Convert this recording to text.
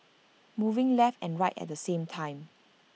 moving left and right at the same time